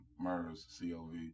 MERS-CoV